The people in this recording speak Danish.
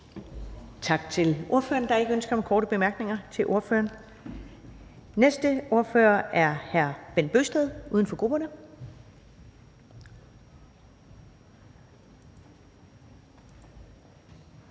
Tak til ordføreren. Der er ikke ønske om korte bemærkninger til ordføreren. Næste ordfører er hr. Bent Bøgsted, uden for grupperne.